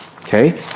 Okay